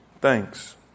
Thanks